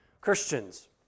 Christians